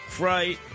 fright